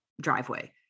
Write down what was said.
driveway